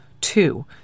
Two